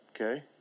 Okay